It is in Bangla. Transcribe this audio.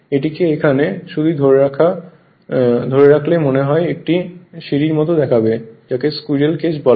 এটিকে এখানে শুধু ধরে রাখলেই মনে হয় একটা সিঁড়ির মত দেখাবে যাকে স্কুইরেল কেজ বলে